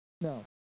no